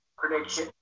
prediction